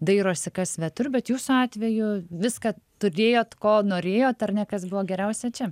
dairosi kas svetur bet jūsų atveju viską turėjot ko norėjot ar ne kas buvo geriausia čia